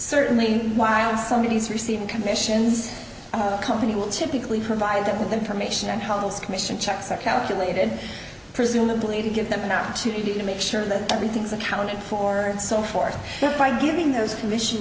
certainly while somebody is receiving commissions a company will typically provide them with information on how those commission checks are calculated presumably to give them an opportunity to make sure that everything's accounted for and so forth by giving those commission